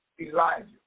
Elijah